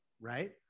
right